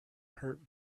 hurt